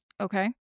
Okay